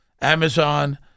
Amazon